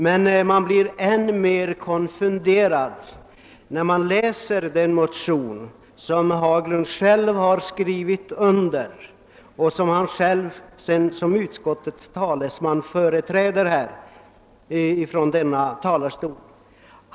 Men däremot blir man konfunderad över vad som står att läsa i den motion som herr Haglund har skrivit under och som han såsom utskottets talesman företräder från denna talarstol.